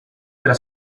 della